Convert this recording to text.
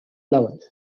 lovers